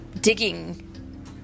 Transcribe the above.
digging